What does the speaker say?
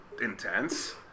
intense